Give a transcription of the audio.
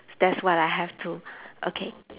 that's what I have too okay